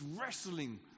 wrestling